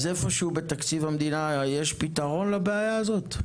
איפשהו בתקציב המדינה יש פתרון לבעיה הזאת?